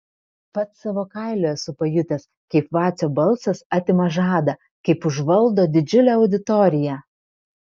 pats savo kailiu esu pajutęs kaip vacio balsas atima žadą kaip užvaldo didžiulę auditoriją